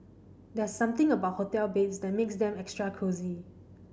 there are something about hotel beds that makes them extra cosy